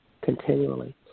continually